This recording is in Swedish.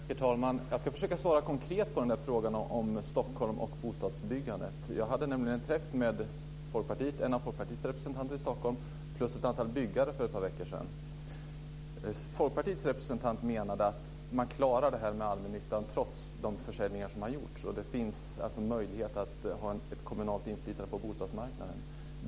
Herr talman! Jag ska försöka svara konkret på frågan om Stockholm och bostadsbyggandet. Jag hade en träff med en av Folkpartiets representanter i Stockholm och ett antal byggare för ett par veckor sedan. Folkpartiets representant menade att man klarar det här med allmännyttan trots de försäljningar som gjorts, och att det alltså finns möjlighet att ha ett kommunalt inflytande på bostadsmarknaden.